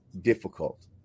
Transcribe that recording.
difficult